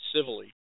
civilly